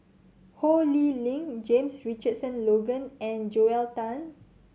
Ho Lee Ling James Richardson Logan and Joel Tan